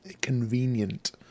convenient